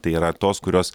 tai yra tos kurios